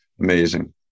amazing